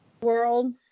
world